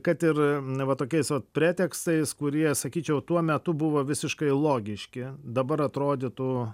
kad ir na va tokiais vat pretekstais kurie sakyčiau tuo metu buvo visiškai logiški dabar atrodytų